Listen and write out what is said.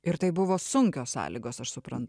ir tai buvo sunkios sąlygos aš supran